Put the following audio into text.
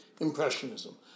Impressionism